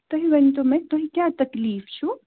تُہۍ ؤنتو مےٚ تُۄہہِ کیاہ تَکلیٖف چھُو